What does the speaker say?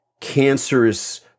cancerous